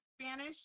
Spanish